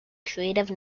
creative